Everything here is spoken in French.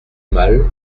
mal